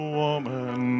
woman